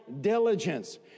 diligence